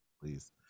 Please